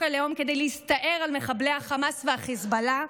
הלאום כדי להסתער על מחבלי החמאס והחיזבאללה,